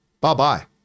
bye-bye